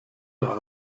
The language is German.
der